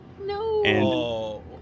No